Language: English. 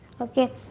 okay